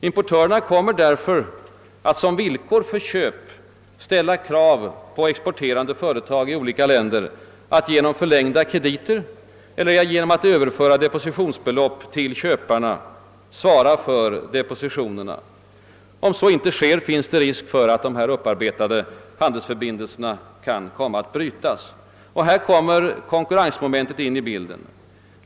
Importörerna kommer därför att som villkor för köp ställa krav på exporterande företag i olika länder att genom förlängda krediter eller genom överföring av depositionsbelopp till köparna svara för depositionerna. Om så inte sker finns risk för att de upparbetade handelsförbindelserna kan komma att brytas. Här kommer konkurrensmomentet in i bilden.